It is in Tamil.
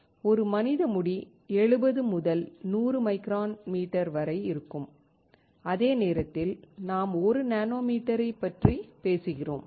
ஒரு மனித முடி 70 முதல் 100 மைக்ரோமீட்டர் வரை இருக்கும் அதே நேரத்தில் நாம் 1 நானோமீட்டரைப் பற்றி பேசுகிறோம்